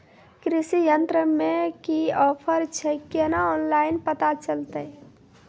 कृषि यंत्र मे की ऑफर छै केना ऑनलाइन पता चलतै?